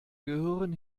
gehören